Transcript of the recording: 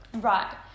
Right